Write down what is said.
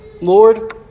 Lord